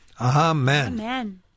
Amen